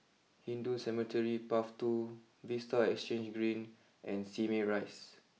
Hindu Cemetery Path two Vista Exhange Green and Simei Rise